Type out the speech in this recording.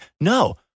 No